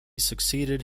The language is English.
succeeded